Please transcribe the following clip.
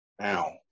now